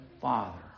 Father